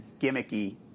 gimmicky